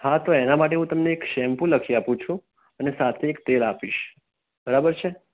હા તો એના માટે હું તમને એક શેમ્પુ લખી આપું છું અને સાથે એક તેલ આપીશ બરાબર છે